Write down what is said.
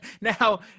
Now